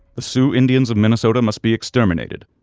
the sioux ind ians of minnesota must be exterminated.